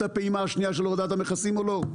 הפעימה השנייה של הורדת המכסים או לא.